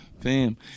Fam